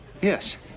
yes